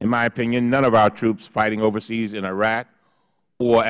in my opinion none of our troops fighting overseas in iraq or